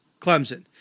Clemson